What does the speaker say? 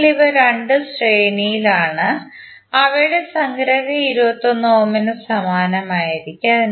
അതിനാൽ ഇവ രണ്ടും ശ്രേണിയിലാണ് അവയുടെ സംഗ്രഹം 21 ഓം നു സമാന്തരമായിരിക്കും